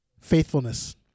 Faithfulness